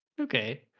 Okay